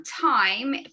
time